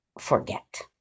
forget